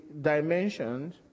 dimensions